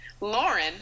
lauren